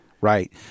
Right